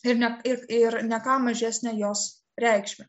ir net ir ir ne ką mažesnę jos reikšmę